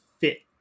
fit